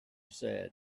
said